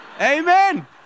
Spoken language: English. amen